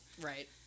right